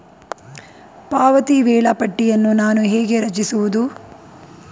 ಪಾವತಿ ವೇಳಾಪಟ್ಟಿಯನ್ನು ನಾನು ಹೇಗೆ ರಚಿಸುವುದು?